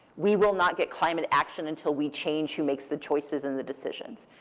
we will not get climate action until we change who makes the choices and the decisions.